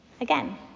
again